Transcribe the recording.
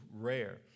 rare